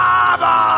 Father